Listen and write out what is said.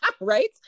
Right